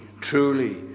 Truly